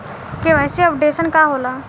KYC updation का होला?